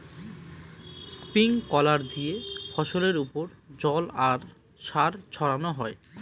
sprinkler দিয়ে ফসলের ওপর জল আর সার ছড়ানো হয়